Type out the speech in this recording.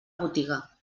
botiga